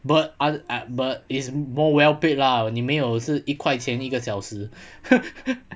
but aye I err but it's more well paid lah 你没有是一块钱一个小时